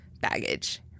baggage